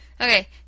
Okay